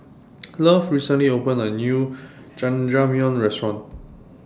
Love recently opened A New Jajangmyeon Restaurant